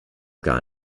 gar